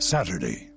Saturday